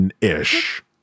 ish